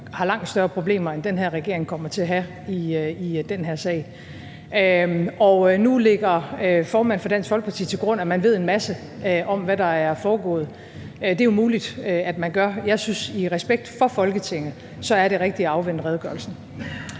har langt større problemer, end den her regering kommer til at have i den her sag. Nu lægger formanden for Dansk Folkeparti til grund, at man ved en masse om, hvad der er foregået. Det er muligt, at man gør det. Jeg synes i respekt for Folketinget, at det rigtige er at afvente redegørelsen.